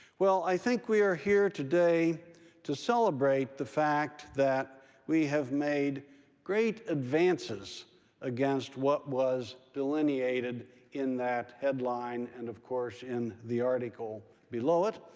well, i think we are here today to celebrate the fact that we have made great advances against what was delineated in that headline, and of course in the article below it,